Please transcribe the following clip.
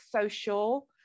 social